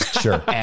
sure